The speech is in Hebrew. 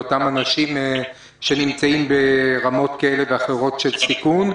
לאותם אנשים שנמצאים ברמות כאלה ואחרות של סיכון.